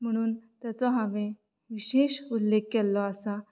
म्हणून तेचो हांवें विशेश उल्लेख केल्लो आसा